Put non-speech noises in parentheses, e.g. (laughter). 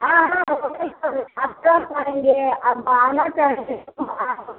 हाँ हाँ मैं वही कह रही आप (unintelligible) आप बढ़ाना चाहेंगे तो (unintelligible)